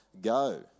go